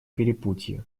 перепутье